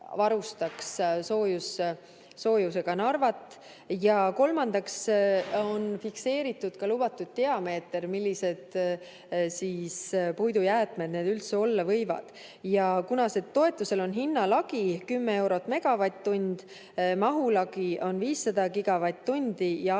varustaks soojusega Narvat. Kolmandaks on fikseeritud lubatud diameeter, millised puidujäätmed need üldse olla võivad. Kuna toetusele on hinnalagi 10 eurot megavatt-tund, mahulagi on 500 gigavatt-tundi ja